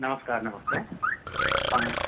नमस्कार नमस्कार हम